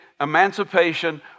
emancipation